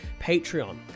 patreon